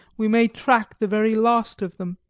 we may track the very last of them.